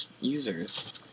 users